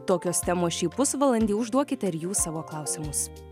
tokios temos šį pusvalandį užduokite ir jūs savo klausimus